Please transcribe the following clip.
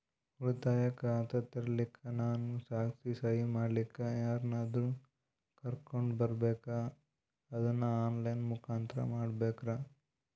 ಉಳಿತಾಯ ಖಾತ ತೆರಿಲಿಕ್ಕಾ ನಾನು ಸಾಕ್ಷಿ, ಸಹಿ ಮಾಡಲಿಕ್ಕ ಯಾರನ್ನಾದರೂ ಕರೋಕೊಂಡ್ ಬರಬೇಕಾ ಅದನ್ನು ಆನ್ ಲೈನ್ ಮುಖಾಂತ್ರ ಮಾಡಬೇಕ್ರಾ?